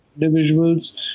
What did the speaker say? individuals